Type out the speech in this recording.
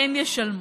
הם ישלמו.